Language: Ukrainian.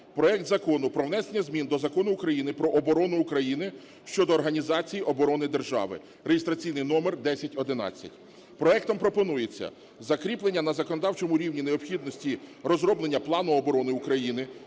проект Закону про внесення до Закону України "Про оборону України" щодо організації оборони держави (реєстраційний номер 1011). Проектом пропонується закріплення на законодавчому рівні необхідності розроблення плану оборони України,